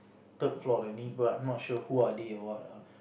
third floor the neighbor I'm not sure who are they or what ah